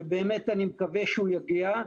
ובאמת אני מקווה שהוא יגיע.